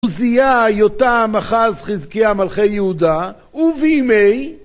עוזיה יותם אחז חזקיה מלכי יהודה ובימי